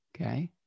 okay